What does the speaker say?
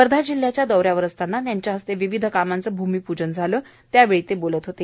वर्धा जिल्हयाच्या दौ यावर असताना त्यांच्या हस्ते विविध कामांचं भूमीपूजन झालं त्यावेळी ते बोलत होते